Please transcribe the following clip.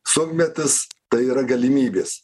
sunkmetis tai yra galimybės